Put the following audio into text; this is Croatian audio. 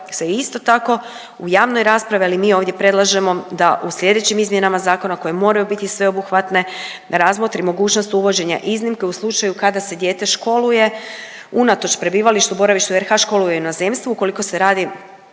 isto tako u javnoj raspravi ali i mi ovdje predlažemo, da u slijedećim izmjenama zakona koje moraju biti sveobuhvatne, da razmotri mogućnost uvođenja iznimke u slučaju kada se dijete školuje, unatoč prebivalištu i boravištu u RH školuje u inozemstvu ukoliko se radi